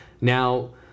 now